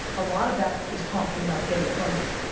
a lot of that is talking about getting funding.